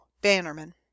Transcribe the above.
Bannerman